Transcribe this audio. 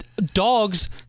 Dogs